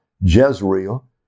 Jezreel